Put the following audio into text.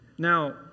Now